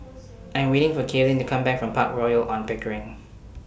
I Am waiting For Kaylin to Come Back from Park Royal on Pickering